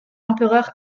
empereur